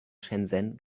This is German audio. shenzhen